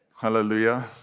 Hallelujah